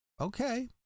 Okay